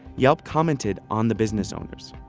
yelp commented on the business owners.